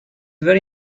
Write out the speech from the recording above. very